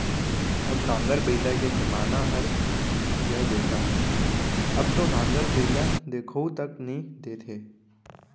अब नांगर बइला के जमाना हर गय बेटा अब तो नांगर बइला देखाउ तक नइ देत हे